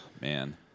man